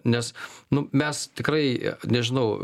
nes nu mes tikrai nežinau